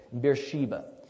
Beersheba